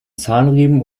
zahnriemen